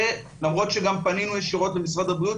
שלמרות שגם פנינו ישירות למשרד הבריאות,